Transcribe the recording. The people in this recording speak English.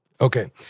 Okay